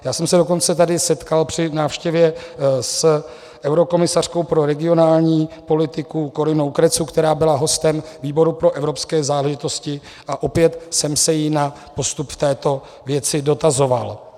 Já jsem se tady dokonce setkal při návštěvě s eurokomisařkou pro regionální politiku Corinou Cretu, která byla hostem výboru pro evropské záležitosti, a opět jsem se jí na postup v této věci dotazoval.